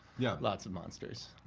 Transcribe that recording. yeah lots of monsters.